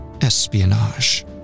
espionage